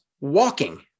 walking